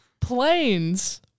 planes